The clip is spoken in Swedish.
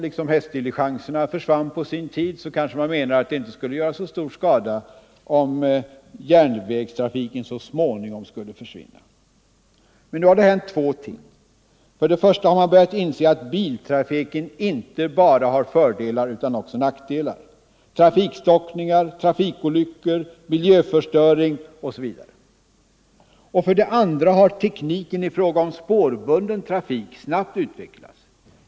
Liksom hästdiligenserna på sin tid försvann, trodde man kanske att det inte skulle göra så stor skada om järnvägstrafiken så småningom också skulle försvinna. Men nu har det hänt två ting. För det första har man börjat inse att biltrafiken inte bara har fördelar utan också nackdelar såsom trafikstockningar, trafikolyckor, miljöförstöring etc. För det andra har tekniken i fråga om spårbunden trafik snabbt utvecklats.